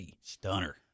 Stunner